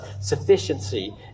sufficiency